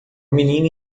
menina